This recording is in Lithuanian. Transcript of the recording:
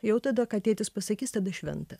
jau tada ką tėtis pasakys tada šventa